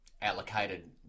allocated